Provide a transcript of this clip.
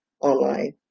online